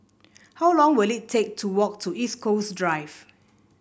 how long will it take to walk to East Coast Drive